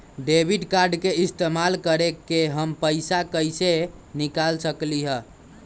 Debit card के इस्तेमाल करके हम पैईसा कईसे निकाल सकलि ह?